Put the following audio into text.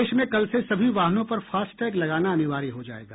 देश में कल से सभी वाहनों पर फास्टैग लगाना अनिवार्य हो जायेगा